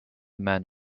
men